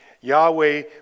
Yahweh